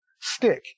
Stick